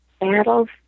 battles